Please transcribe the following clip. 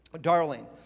darling